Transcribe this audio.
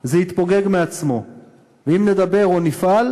חנויות